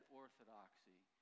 orthodoxy